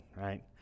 right